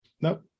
nope